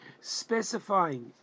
specifying